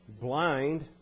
blind